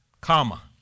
comma